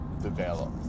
Develop